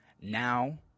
now